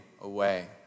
away